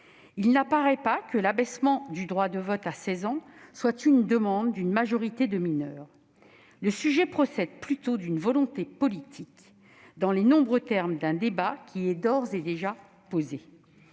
électorale. L'abaissement du droit de vote à 16 ans n'est pas une demande émanant d'une majorité de mineurs. Elle procède plutôt d'une volonté politique, dans les nombreux termes d'un débat qui est d'ores et déjà posé.